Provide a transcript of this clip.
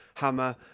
hammer